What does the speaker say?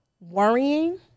Worrying